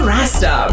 Rasta